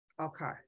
okay